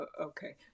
Okay